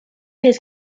his